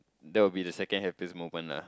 that will be the second happiest moment lah